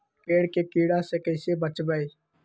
पेड़ के कीड़ा से कैसे बचबई?